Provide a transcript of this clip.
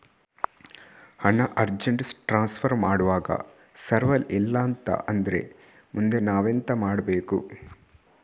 ಹಣ urgent transfer ಮಾಡ್ವಾಗ server ಇಲ್ಲಾಂತ ಆದ್ರೆ ಮುಂದೆ ನಾವೆಂತ ಮಾಡ್ಬೇಕು?